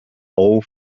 old